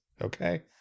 okay